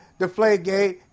Deflategate